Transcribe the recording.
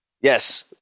Yes